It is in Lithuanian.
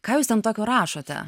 ką jūs ten tokio rašote